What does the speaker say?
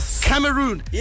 Cameroon